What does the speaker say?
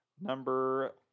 Number